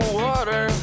water